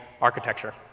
architecture